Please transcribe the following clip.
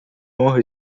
honra